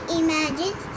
imagine